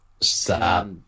Stop